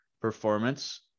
performance